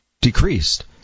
decreased